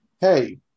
hey